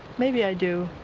maybe i do.